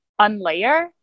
unlayer